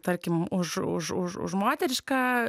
tarkim už už už už moterišką